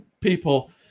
people